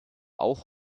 auch